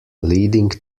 leading